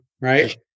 right